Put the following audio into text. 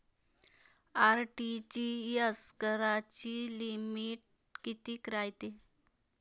RTGS कराची limit कितीक रायते?